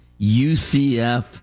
UCF